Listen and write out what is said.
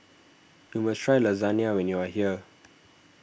you must try Lasagna when you are here